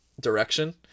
direction